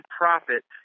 profit